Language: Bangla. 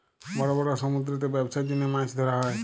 বড় বড় সমুদ্দুরেতে ব্যবছার জ্যনহে মাছ ধ্যরা হ্যয়